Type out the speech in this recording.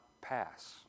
pass